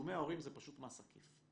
תשלומי ההורים זה פשוט מס עקיף.